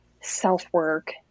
self-work